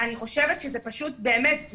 אני חושבת שזו פשוט בושה.